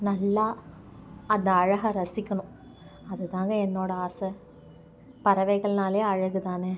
நல்லா அந்த அழக ரசிக்கணும் அதுதாங்க என்னோடய ஆசை பறவைகள்னாலே அழகுதான